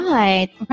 Right